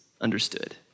understood